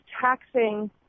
taxing